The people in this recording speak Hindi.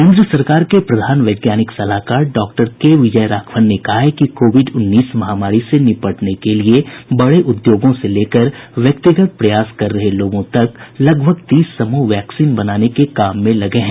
केंद्र सरकार के प्रधान वैज्ञानिक सलाहकार डॉक्टर के विजय राघवन ने कहा है कि कोविड उन्नीस महामारी से निपटने के लिए बड़े उद्योगों से लेकर व्यक्तिगत प्रयास कर रहे लोगों तक लगभग तीस समूह वैक्सीन बनाने के कार्य में लगे हैं